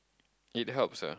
it helps ah